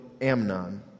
Amnon